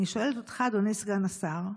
אני שואלת אותך, אדוני סגן השר,